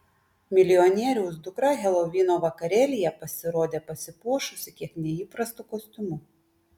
milijonieriaus dukra helovino vakarėlyje pasirodė pasipuošusi kiek neįprastu kostiumu